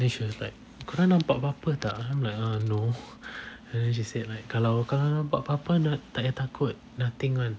then she was like kau orang nampak apa-apa tak and I'm like um no and then she said like kalau kalau nampak apa-apa tak payah takut nothing [one]